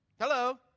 Hello